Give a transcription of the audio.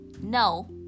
No